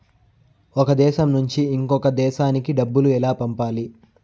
ఒక దేశం నుంచి ఇంకొక దేశానికి డబ్బులు ఎలా పంపాలి?